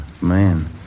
man